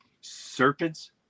Serpents